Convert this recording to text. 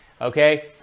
okay